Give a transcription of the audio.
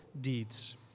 deeds